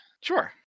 Sure